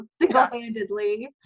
single-handedly